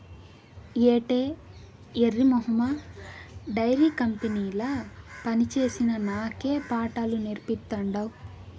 ఏటే ఎర్రి మొహమా డైరీ కంపెనీల పనిచేసిన నాకే పాఠాలు నేర్పతాండావ్